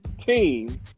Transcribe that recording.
team